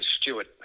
Stewart